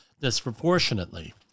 disproportionately